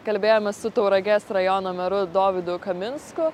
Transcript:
kalbėjomės su tauragės rajono meru dovydu kaminsku